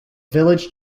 village